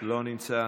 לא נמצא,